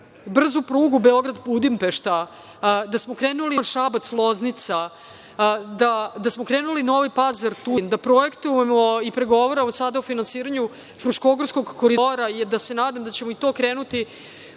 brzu prugu Beograd – Budimpešta, da smo krenuli Ruma – Šabac – Loznica, da smo krenuli Novi Pazar – Tutin, da projektujemo i pregovaramo sada o finansiranju Fruškogorskog koridora, da se nadam daćemo i to krenuti